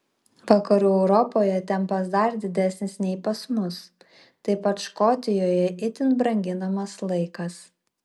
vakarų europoje tempas dar didesnis nei pas mus taip pat škotijoje itin branginamas laikas